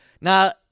Now